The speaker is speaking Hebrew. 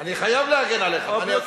אני חייב להגן עליך, מה אני אעשה.